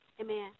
Amen